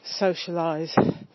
socialise